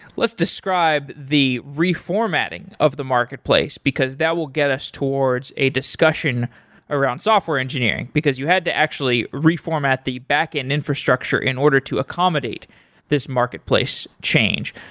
let's describe the reformatting of the marketplace because that will get us towards a discussion around software engineering because you had to actually reformat the backend infrastructure in order to accommodate this marketplace change.